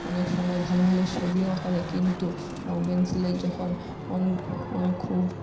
অনেক সময় ভালো ভালো ছবিও আঁকা যায় কিন্তু রঙ পেনসিলের যখন খুব